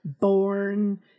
born